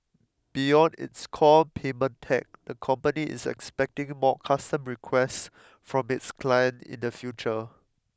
beyond its core payment tech the company is expecting more custom requests from its clients in the future